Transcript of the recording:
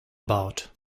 about